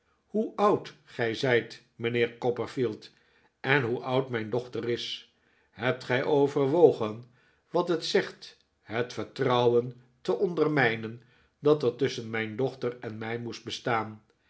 hoe oud gij zijt mijnheer copperfield en hoe oud mijn dochter is hebt gij overwogen wat het zegt het vertrouwen te ondermijnen dat er tusschen mijn dochter en mij moest bestaan